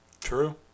True